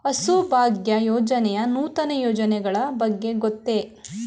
ಹಸುಭಾಗ್ಯ ಯೋಜನೆಯ ನೂತನ ಯೋಜನೆಗಳ ಬಗ್ಗೆ ಗೊತ್ತೇ?